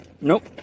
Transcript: Nope